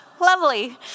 Lovely